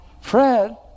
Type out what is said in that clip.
Fred